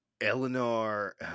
Eleanor